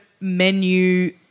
menu